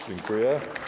Dziękuję.